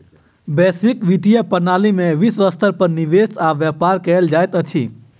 वैश्विक वित्तीय प्रणाली में विश्व स्तर पर निवेश आ व्यापार कयल जाइत अछि